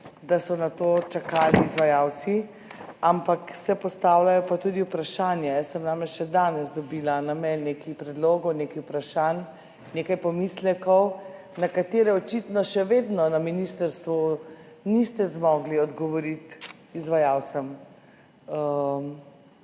da so na to čakali izvajalci, ampak se postavljajo tudi vprašanja, jaz sem namreč še danes dobila na mail nekaj predlogov, nekaj vprašanj, nekaj pomislekov, na katere očitno še vedno na ministrstvu niste zmogli odgovoriti izvajalcem,